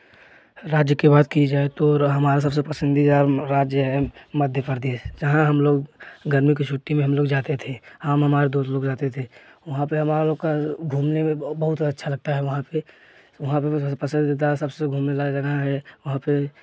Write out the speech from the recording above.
राज्य की बात की जाए तो र हमारा सबसे पसंदीदा राज्य है मध्यप्रदेश जहाँ हम लोग गर्मी की छुट्टी में हम लोग जाते थे हम हमारे दोस्त लोग जाते थे वहाँ पर हमारा लोग का घूमने में बहुत अच्छा लगता है वहाँ पर वहाँ पर पसंदीदा सबसे घूमने लायक जगह है वहाँ पर